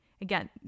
Again